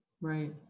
right